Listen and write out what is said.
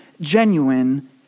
genuine